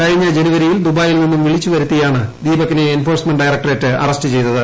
കഴിഞ്ഞ ജനുവരിയിൽ ദുബായ് ൽ നിന്നും വിളിച്ചു വരുത്തിയാണ് ദീപകിനെ എൻഫോഴ്സ്മെന്റ് ഡയറക്ടറേറ്റ് അറസ്റ്റ് ചെയ്തത്